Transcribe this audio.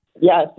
Yes